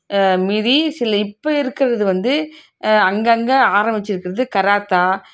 மீதி சில இப்போ இருக்கிறது வந்து அங்கங்கே ஆரம்பிச்சிருக்கிறது கராத்தா